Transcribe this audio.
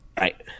Right